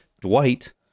Dwight